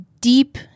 deep